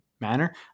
manner